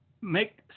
make